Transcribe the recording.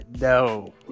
no